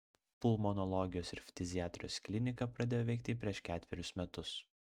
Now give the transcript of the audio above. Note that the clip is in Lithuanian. pulmonologijos ir ftiziatrijos klinika pradėjo veikti prieš ketverius metus